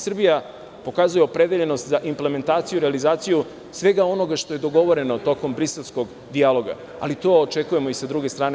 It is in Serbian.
Srbija pokazuje opredeljenost za implementaciju i realizaciju svega onoga što je dogovoreno tokom briselskog dijaloga, ali to očekujemo i sa druge strane.